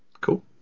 Cool